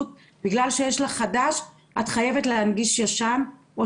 בגלל שיש לך חדש את חייבת להנגיש ישן.